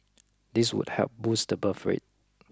this would help boost the birth rate